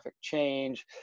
change